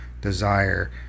desire